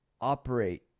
operate